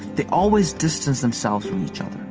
they always distanced themselves from each other.